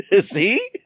See